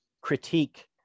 critique